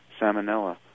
salmonella